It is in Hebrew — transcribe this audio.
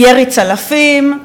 ירי צלפים,